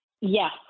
Yes